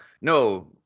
no